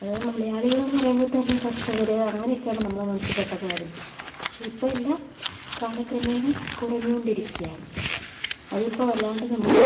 അത് മലയാളികൾ എന്ന് പറയുമ്പോൾ തന്നെ കർഷകർ അങ്ങനെയൊക്കെയാണ് നമ്മുടെ മനസ്സിൽ പെട്ടെന്ന് വരുന്നത് പക്ഷേ ഇപ്പോൾ എല്ലാം കാലക്രമേണ കുറഞ്ഞുകൊണ്ടിരിക്കുകയാണ് അത് ഇപ്പോൾ വല്ലാണ്ട് നമ്മളെ